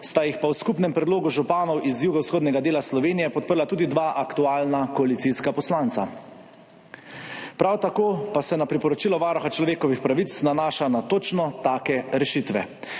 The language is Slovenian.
Sta jih pa v skupnem predlogu županov iz jugovzhodnega dela Slovenije podprla tudi dva aktualna koalicijska poslanca. Prav tako pa se priporočilo Varuha človekovih pravic nanaša na točno te rešitve.